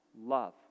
love